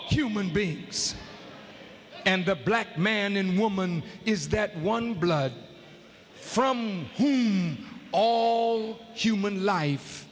human beings and the black man and woman is that one blood from all human life